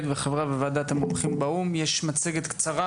וחברה בוועדת המומחים באו"ם יש מצגת קצרה